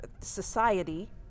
society